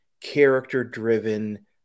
character-driven